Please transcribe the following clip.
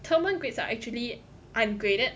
term one grades are actually ungraded